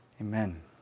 Amen